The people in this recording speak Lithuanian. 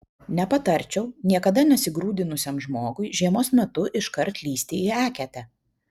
nepatarčiau niekada nesigrūdinusiam žmogui žiemos metu iškart lįsti į eketę